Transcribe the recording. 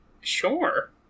Sure